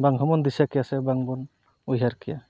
ᱵᱟᱝ ᱦᱚᱸᱵᱚᱱ ᱫᱤᱥᱟᱹ ᱠᱮᱭᱟ ᱥᱮ ᱵᱟᱝᱵᱚᱱ ᱩᱭᱦᱟᱹᱨ ᱠᱮᱭᱟ